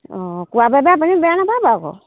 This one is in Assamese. অঁ কোৱাৰ বাবে আপুনি বেয়া নাপাব আকৌ